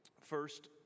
First